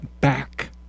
back